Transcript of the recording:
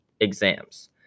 exams